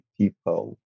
people